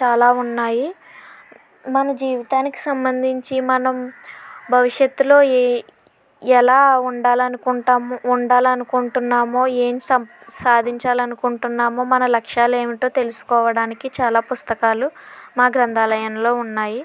చాలా ఉన్నాయి మన జీవితానికి సంబంధించి మనం భవిష్యత్తులో ఎ ఎలా ఉండాలనుకుంటాము ఉండాలి అనుకుంటున్నామో ఏం సం సాధించాలి అనుకుంటున్నాము మన లక్ష్యాలు ఏమిటో తెలుసుకోవడానికి చాలా పుస్తకాలు మా గ్రంధాలయంలో ఉన్నాయి